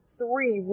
three